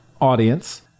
audience